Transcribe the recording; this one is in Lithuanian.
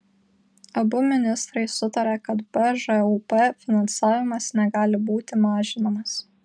abu ministrai sutarė kad bžūp finansavimas negali būti mažinamas